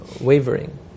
wavering